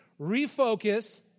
refocus